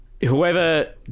whoever